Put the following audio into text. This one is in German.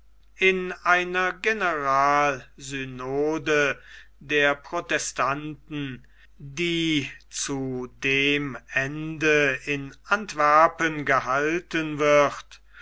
in einer generalsynode der protestanten die zu dem ende in antwerpen gehalten wird